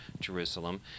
Jerusalem